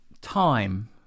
time